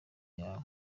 yawe